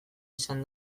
izan